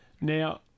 Now